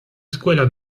escuela